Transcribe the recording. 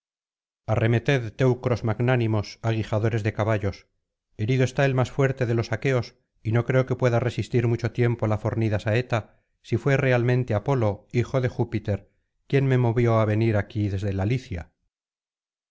arremeted teucros magnánimos aguijadores de caballos herido está el más fuerte de los aqueos y no creo que pueda resistir mucho tiempo la fornida saeta si fué realmente apolo hijo de júpiter quien me movió á venir aquí desde la licia